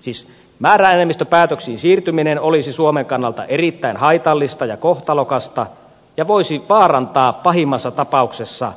siis määräenemmistöpäätöksiin siirtyminen olisi suomen kannalta erittäin haitallista ja kohtalokasta ja voisi vaarantaa pahimmassa tapauksessa